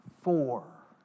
four